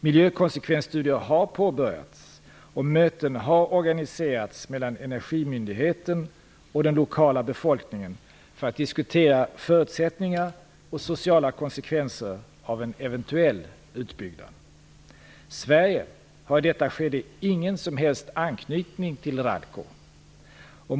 Miljökonsekvensstudier har påbörjats, och möten har organiserats mellan energimyndigheten och den lokala befolkningen för att diskutera förutsättningar och sociala konsekvenser av en eventuell utbyggnad. Sverige har i detta skede ingen som helst anknytning till Ralco.